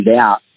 out